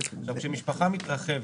כשמשפחה מתרחבת,